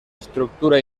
estructura